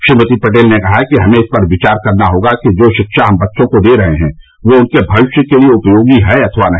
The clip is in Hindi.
श्रीमती पटेल ने कहा कि हमें इस पर विचार करना होगा कि जो शिक्षा हम बच्चों को दे रहे हैं वह उनके भविष्य के लिए उपयोगी है अथवा नहीं